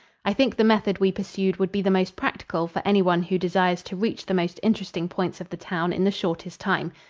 i think the method we pursued would be the most practical for anyone who desires to reach the most interesting points of the town in the shortest time.